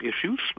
issues